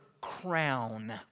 crown